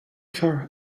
her